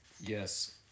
Yes